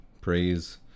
praise